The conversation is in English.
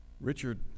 Richard